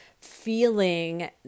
feeling